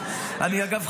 אגב,